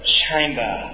chamber